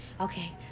Okay